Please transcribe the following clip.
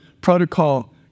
protocol